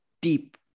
deep